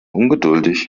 ungeduldig